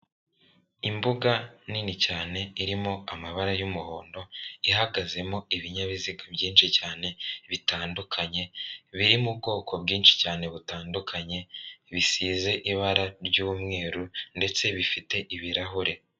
Imbuga nini cyane irimo amabara y'umuhondo, ihagazemo ibinyabiziga byinshi cyane bitandukanye, biri mu bwoko bwinshi cyane butandukanye, bisize ibara ry'umweru ndetse bifite ibirahure.